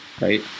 right